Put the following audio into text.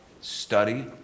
study